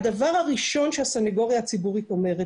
הדבר הראשון שהסנגוריה הציבורית אומרת